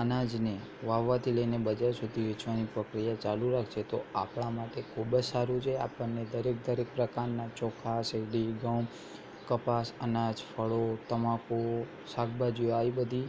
અનાજને વાવવાથી લઈને બજાર સુધી વેચવાની પ્રક્રિયા ચાલુ રાખશે તો આપણા માટે ખૂબ જ સારું છે આપણને દરેક દરેક પ્રકારના ચોખા શેરડી ઘઉં કપાસ અનાજ ફળો તમાકુ શાકભાજીઓ આવી બધી